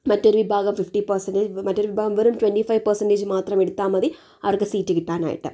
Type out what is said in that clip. മറ്റൊരു വിഭാഗം fifty percentage മറ്റൊരു വിഭാഗം വെറും ട്വന്റി ഫൈവ് പെർസന്റേജ് മാത്രം എടുത്താ മതി അവര്ക്ക് സീറ്റ് കിട്ടാനായിട്ട്